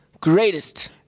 greatest